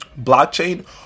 Blockchain